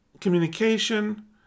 communication